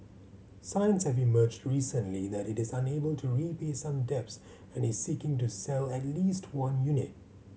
signs have emerged recently that it is unable to repay some debts and is seeking to sell at least one unit